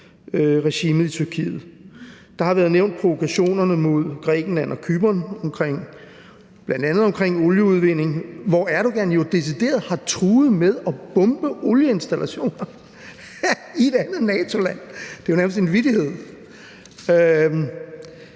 Der har været nævnt provokationerne mod Grækenland og Cypern, bl.a. i forbindelse med olieudvinding, hvor Erdogan jo decideret har truet med at bombe olieinstallationer i et andet NATO-land – det er jo nærmest en vittighed.